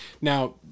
Now